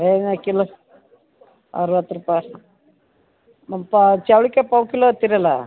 ಏನು ಕಿಲೋ ಅರ್ವತ್ತು ರೂಪಾಯಿ ಮತ್ಪಾ ಚೌಳಿಕಾಯಿ ಪಾವು ಕಿಲೋ ಅತ್ತಿರಲ್ಲ